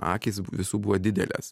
akys visų buvo didelės